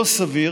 לא סביר